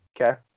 Okay